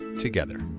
together